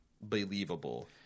believable